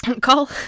call